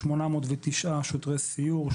809 שוטרי סיור,